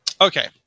okay